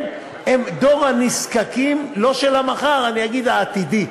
הם דור הנזקקים לא של המחר, אני אגיד "העתידי".